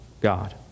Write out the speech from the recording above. God